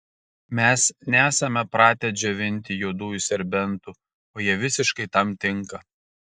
mes nesame pratę džiovinti juodųjų serbentų o jie visiškai tam tinka